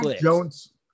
Jones